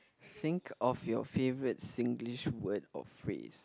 think of your favorite Singlish word or phrase